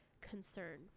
concern